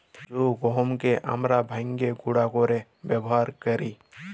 জ্যে গহমকে আমরা ভাইঙ্গে গুঁড়া কইরে ব্যাবহার কৈরি